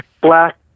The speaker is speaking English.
black